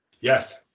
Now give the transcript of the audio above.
Yes